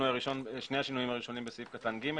שני השינויים הראשונים בסעיף קטן (ג).